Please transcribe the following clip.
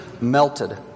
melted